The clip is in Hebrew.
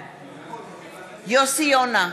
בעד יוסי יונה,